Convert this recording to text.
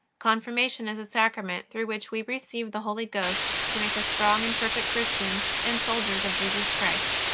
confirmation is a sacrament through which we receive the holy ghost to make us strong and perfect christians and soldiers of jesus christ.